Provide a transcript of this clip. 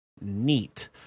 Neat